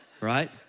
Right